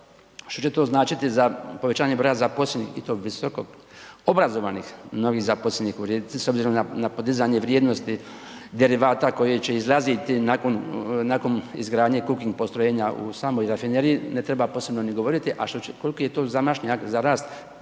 Što će to značiti za povećanje broja zaposlenih i to visoko obrazovanih novih zaposlenih u Rijeci s obzirom na podizanje vrijednosti derivata koji će izlaziti nakon izgradnje .../Govornik se ne razumije./... postrojenja u samoj rafineriji ne treba posebno ni govoriti a koliki je to zamašnjak za rast